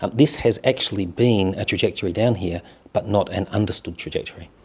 ah this has actually been a trajectory down here but not an understood trajectory.